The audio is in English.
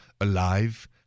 alive